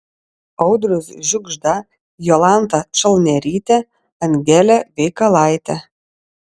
audrius žiugžda jolanta čalnerytė angelė veikalaitė